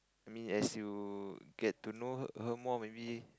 I mean as you get to know her more maybe